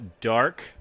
dark